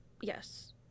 Yes